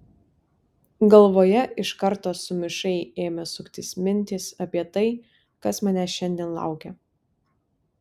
galvoje iš karto sumišai ėmė suktis mintys apie tai kas manęs šiandien laukia